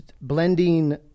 blending